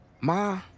Ma